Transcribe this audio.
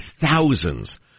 thousands